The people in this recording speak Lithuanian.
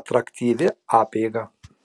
atraktyvi apeiga